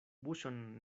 buŝon